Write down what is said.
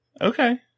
okay